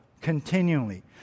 continually